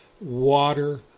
water